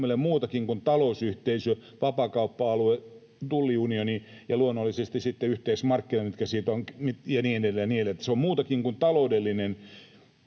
Suomelle muutakin kuin talousyhteisö, vapaakauppa-alue, tulliunioni ja luonnollisesti sitten yhteismarkkinat ja niin edelleen